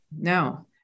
no